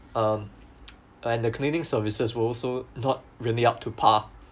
um and the cleaning services was also not really up to par